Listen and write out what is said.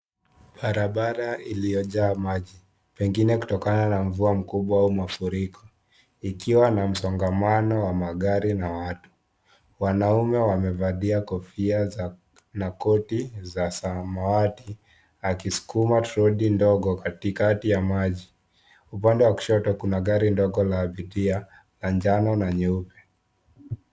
Barabara iliyojaa maji. Pengine kutokana na mvua mkubwa au mafuriko. Ikiwa na msongamano wa magari na watu. Wanaume wamevalia kofia za na koti za samawati ,akisukuma troli ndogo katikati ya maji. Upande wa kushoto kuna gari ndogo la abiria na njano na nyeupe.